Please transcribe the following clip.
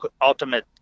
ultimate